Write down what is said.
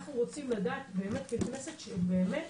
אנחנו רוצים לדעת ככנסת שבאמת